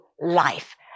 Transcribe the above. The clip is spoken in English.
life